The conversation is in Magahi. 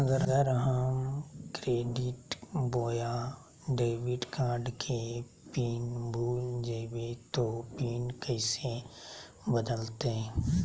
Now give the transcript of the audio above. अगर हम क्रेडिट बोया डेबिट कॉर्ड के पिन भूल जइबे तो पिन कैसे बदलते?